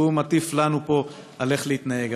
והוא מטיף לנו פה איך להתנהג.